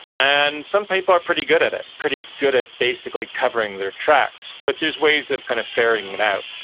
and some people are pretty good at it, pretty good at basically covering their tracks. but there's ways of kind of fairing it out.